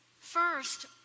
First